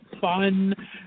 fun